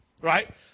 Right